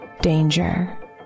Danger